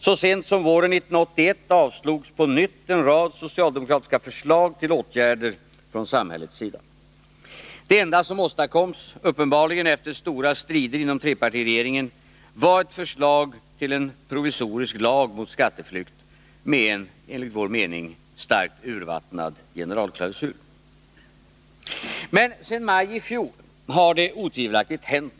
Så sent som våren 1981 avslogs på nytt en rad socialdemokratiska förslag till åtgärder från samhällets sida. Det enda som åstadkoms, uppenbarligen efter stora strider inom trepartiregeringen, var ett förslag till en provisorisk lag mot skatteflykt med en enligt vår mening starkt urvattnad generalklausul. Men sedan maj i fjol har det otvivelaktigt hänt någonting.